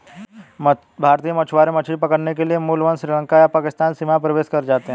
भारतीय मछुआरे मछली पकड़ने के लिए भूलवश श्रीलंका या पाकिस्तानी सीमा में प्रवेश कर जाते हैं